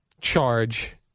charge